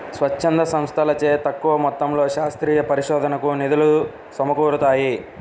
స్వచ్ఛంద సంస్థలచే తక్కువ మొత్తంలో శాస్త్రీయ పరిశోధనకు నిధులు సమకూరుతాయి